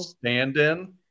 stand-in